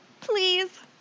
Please